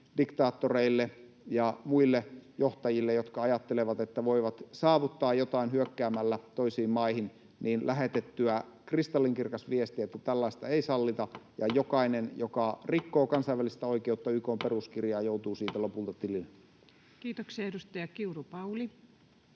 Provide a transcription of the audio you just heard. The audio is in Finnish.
diktaattoreille ja muille johtajille, jotka ajattelevat, että voivat saavuttaa jotain hyökkäämällä toisiin maihin, lähettämään kristallinkirkas viesti, että tällaista ei sallita ja jokainen, joka rikkoo kansainvälistä oikeutta, YK:n peruskirjaa, joutuu siitä lopulta tilille. Kiitoksia. — Edustaja Kiuru, Pauli.